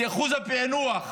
כי אחוז הפיענוח